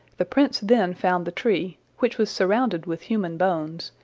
the prince then found the tree, which was surrounded with human bones,